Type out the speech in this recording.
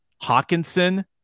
Hawkinson